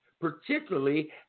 particularly